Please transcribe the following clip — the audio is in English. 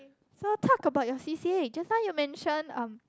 so talk about your C_C_A just now you mention um